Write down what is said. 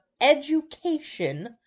Education